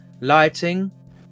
lighting